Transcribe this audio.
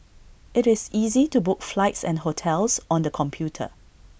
IT is easy to book flights and hotels on the computer